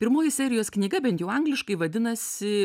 pirmoji serijos knyga bent jau angliškai vadinasi